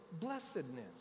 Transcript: blessedness